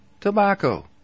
tobacco